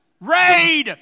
Raid